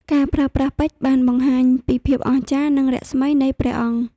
ការប្រើប្រាស់ពេជ្របានបង្ហាញពីភាពអស្ចារ្យនិងរស្មីនៃព្រះអង្គ។